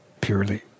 purely